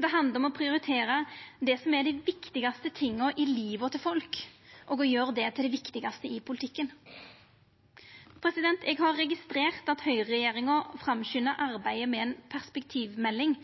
Det handlar om å prioritera det som er dei viktigaste tinga i liva til folk og å gjera det til det viktigaste i politikken. Eg har registrert at høgreregjeringa framskyndar arbeidet med ei perspektivmelding,